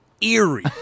eerie